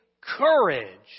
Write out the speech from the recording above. courage